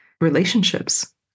relationships